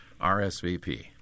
RSVP